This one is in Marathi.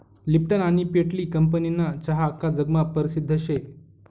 लिप्टन आनी पेटली कंपनीना चहा आख्खा जगमा परसिद्ध शे